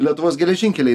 lietuvos geležinkeliai